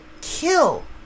kill